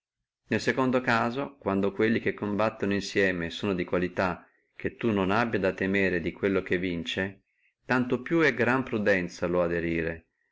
nel secondo caso quando quelli che combattono insieme sono di qualità che tu non abbia a temere tanto è maggiore prudenzia lo aderirsi